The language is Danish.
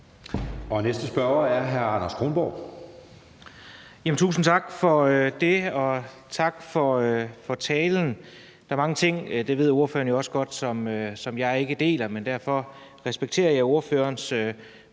Kronborg. Kl. 12:00 Anders Kronborg (S): Tusind tak for det, og tak for talen. Der er mange ting i den – det ved ordføreren jo også godt – som jeg ikke deler, men derfor respekterer jeg alligevel